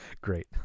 Great